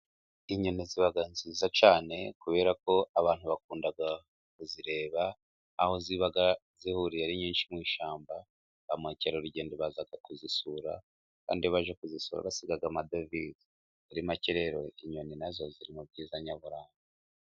Inyoni ziba nziza cyane kubera ko abantu bakunda kuzireba aho ziba zihuriye ari nyinshi, mu ishyamba ba mukerarugendo baza kuzisura, kandi iyo baje kuzisura basiga amadovize. Muri make rer o,inyoni na zo ziri mu byiza nyaburanga.